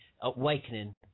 awakening